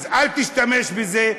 אז אל תשתמש בזה.